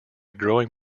growing